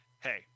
hey